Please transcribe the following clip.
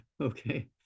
Okay